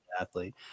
athlete